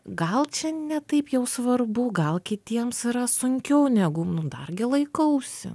gal čia ne taip jau svarbu gal kitiems yra sunkiau negu nu dargi laikausi